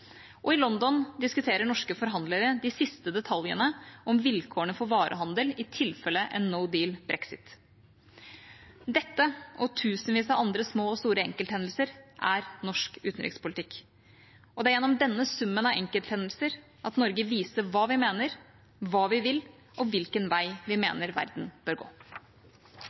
Og i London diskuterer norske forhandlere de siste detaljene om vilkårene for varehandel i tilfelle en «no deal»-brexit. Dette, og tusenvis av andre små og store enkelthendelser, er norsk utenrikspolitikk. Og det er gjennom denne summen av enkelthendelser Norge viser hva vi mener, hva vi vil, og hvilken vei vi mener verden bør gå.